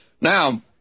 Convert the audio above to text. Now